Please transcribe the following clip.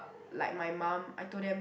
like my mum I told them